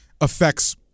affects